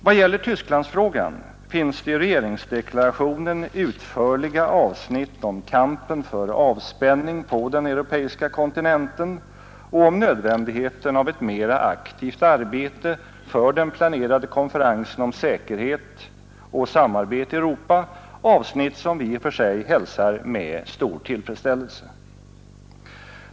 Vad gäller Tysklandsfrågan finns det i regeringsdeklarationen utförliga avsnitt om kampen för avspänning på den europeiska kontinenten och om nödvändigheten av ett mera aktivt arbete för den planerade konferensen om säkerhet och samarbete i Europa, avsnitt som vi i och för sig hälsar med tillfredsställelse.